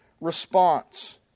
response